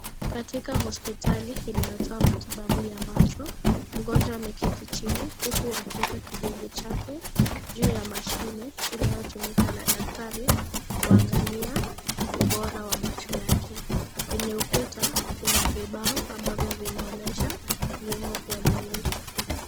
Katika hospitali inayotoa matibabu ya macho. Mgonjwa ameketi chini, huku akiweka kidevu chake juu ya mashine inayotumika na daktari kuangalia ubora wa macho yake. Kwenye ukuta, kuna vibao ambavyo vinaonyesha viungo vya mwili.